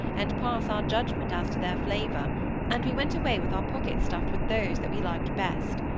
and pass our judgment as to their flavour and we went away with our pockets stuffed with those that we liked best.